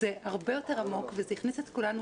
זה הרבה יותר עמוק וזה הכניס את כולנו